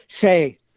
Say